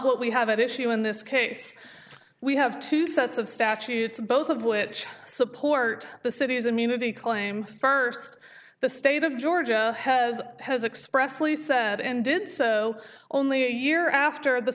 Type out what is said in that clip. what we have at issue in this case we have two sets of statutes both of which support the city's immunity claim first the state of georgia has has expressly said and did so only a year after the